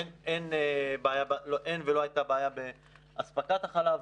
אין ולא הייתה בעיה באספקת החלב.